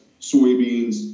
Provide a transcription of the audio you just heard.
soybeans